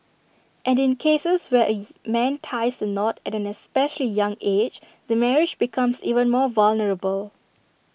and in cases where A man ties the knot at an especially young age the marriage becomes even more vulnerable